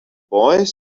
boys